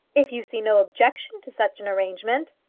if you see no objection to such an arrangement.